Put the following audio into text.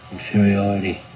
Inferiority